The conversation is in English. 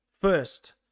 first